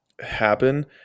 happen